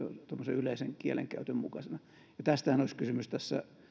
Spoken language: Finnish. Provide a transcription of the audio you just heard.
yleisen kielenkäytön mukaisesti ja tästähän olisi kysymys tässä